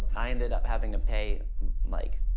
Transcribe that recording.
i ended up having to pay like,